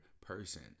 person